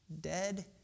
dead